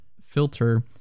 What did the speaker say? filter